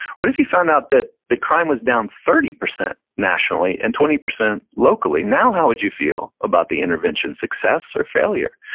what if you found out that the crime was down thirty percent nationally and twenty percent locally? now how would you feel about the intervention, success or failure?